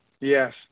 Yes